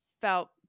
felt